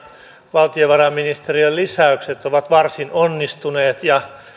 valtiovarainministeriön lisäykset ovat varsin onnistuneet ja